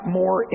more